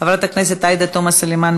חברת הכנסת עאידה תומא סלימאן,